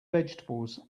vegetables